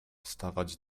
stawać